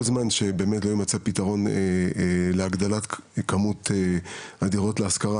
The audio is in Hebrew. כל זמן שבאמת לא יימצא איזה שהוא פתרון להגדלת כמות הדירות להשכרה